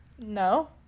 No